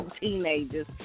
teenagers